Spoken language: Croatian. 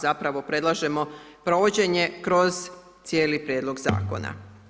Zapravo predlažemo provođenje kroz cijeli Prijedlog Zakona.